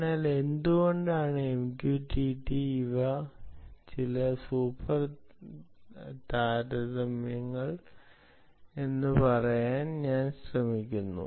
അതിനാൽ എന്തുകൊണ്ടാണ് MQTT ഇവ ചില സൂപ്പർ താരതമ്യങ്ങൾ എന്ന് പറയാൻ ഞാൻ ശ്രമിക്കുന്നു